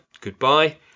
goodbye